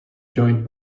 join